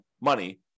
money